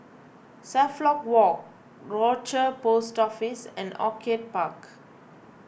Suffolk Walk Rochor Post Office and Orchid Park